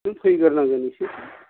नों फैग्रो नांगोन इसे